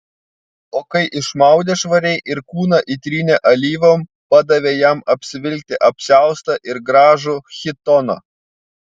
o kai išmaudė švariai ir kūną įtrynė alyvom padavė jam apsivilkti apsiaustą ir gražų chitoną